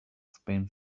spain